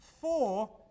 four